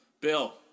bill